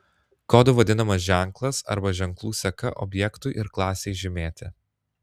kodu vadinamas ženklas arba ženklų seka objektui ir klasei žymėti